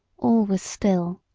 all was still.